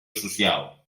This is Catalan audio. social